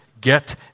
get